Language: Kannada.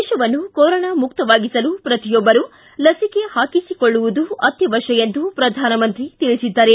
ದೇಶವನ್ನು ಕೊರೋನಾ ಮುಕ್ತವಾಗಿಸಲು ಪ್ರತಿಯೊಬ್ಬರೂ ಲಸಿಕೆ ಹಾಕಿಸಿಕೊಳ್ಳುವುದು ಅತ್ತವಶ್ವ ಎಂದು ಪ್ರಧಾನಮಂತ್ರಿ ತಿಳಿಸಿದ್ದಾರೆ